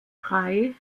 drei